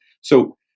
So-